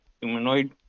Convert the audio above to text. humanoid